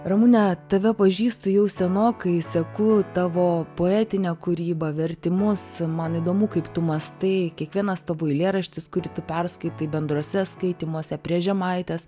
ramune tave pažįstu jau senokai seku tavo poetinę kūrybą vertimus man įdomu kaip tu mąstai kiekvienas tavo eilėraštis kurį tu perskaitai bendruose skaitymuose prie žemaitės